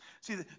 See